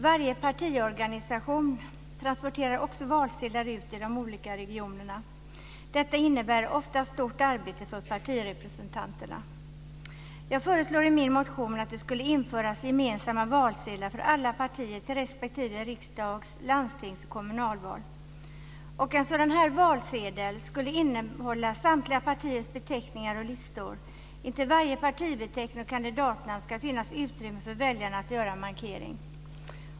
Varje partiorganisation transporterar också valsedlar ut till de olika regionerna. Detta innebär ofta ett stort arbete för partirepresentanterna. Jag föreslår i min motion ett införande av gemensam valsedel för alla partier till riksdags-, landstingsrespektive kommunalval. En sådan valsedel skulle innehålla samtliga partiers beteckningar och listor. Intill varje partibeteckning och kandidatnamn ska finnas utrymme för väljarna att göra en markering.